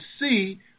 see